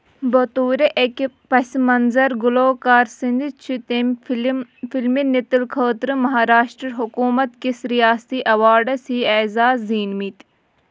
بطورِ اَكہِ پس منظر گُلوکارسندِ ، چھ تمہِ فِلِم فلمہِ نِتل خٲطرٕ مہاراشٹر حکوٗمت كِس رِیٲستی ایوارڈس ہی اعزاز زینِمٕتۍ